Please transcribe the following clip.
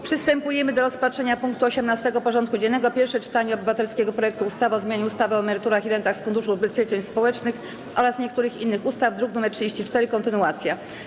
Przystępujemy do rozpatrzenia punktu 18. porządku dziennego: Pierwsze czytanie obywatelskiego projektu ustawy o zmianie ustawy o emeryturach i rentach z Funduszu Ubezpieczeń Społecznych oraz niektórych innych ustaw (druk nr 34) - kontynuacja.